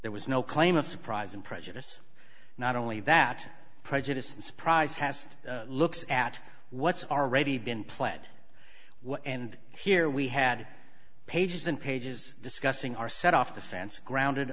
there was no claim of surprise and prejudice not only that prejudice and surprise has looks at what's already been planned well and here we had pages and pages discussing our set off the fence grounded